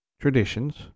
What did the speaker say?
traditions